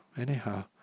anyhow